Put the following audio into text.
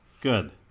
good